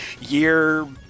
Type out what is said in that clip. year